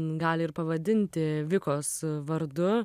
gali ir pavadinti vikos vardu